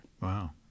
Wow